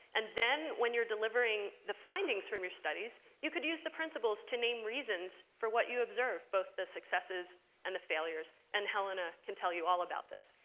and then, when you're delivering the findings from your studies, you could use the principles to name reasons for what you observe, both the successes and the failures. and helena can tell you all about this.